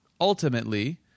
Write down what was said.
ultimately